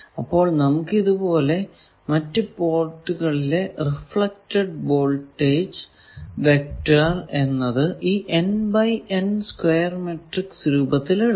അപ്പോൾ നമുക്ക് ഇതുപോലെ മറ്റു പോർട്ടുകളിലെ റിഫ്ലെക്ടഡ് വോൾടേജ് വെക്റ്റർ എന്നത് ഈ n x n square matrix എന്ന രൂപത്തിൽ എഴുതാം